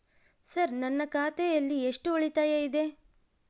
Sir ನನ್ನ ಖಾತೆಯಲ್ಲಿ ಎಷ್ಟು ಉಳಿತಾಯ ಇದೆ?